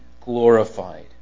glorified